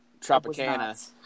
Tropicana